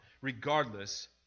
regardless